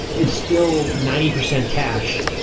it's still ninety percent cash.